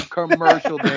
commercial